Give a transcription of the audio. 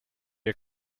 ihr